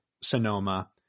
Sonoma